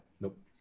nope